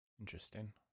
Interesting